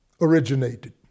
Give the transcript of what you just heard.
originated